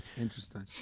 Interesting